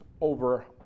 over